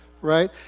Right